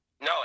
No